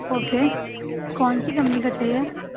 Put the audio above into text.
okay کون سی company کا چاہیے